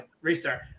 restart